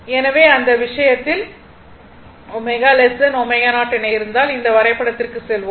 எனவே அந்த விஷயத்தில் ω ω0 என இருந்தால் இந்த வரைபடத்திற்கு செல்வோம்